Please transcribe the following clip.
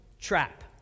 trap